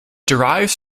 derives